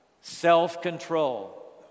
Self-control